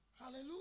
Hallelujah